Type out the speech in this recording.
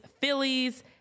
Phillies